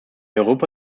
europa